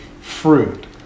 fruit